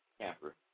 camper